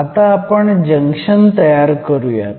आता आपण जंक्शन तयार करूयात